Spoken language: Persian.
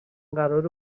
قراره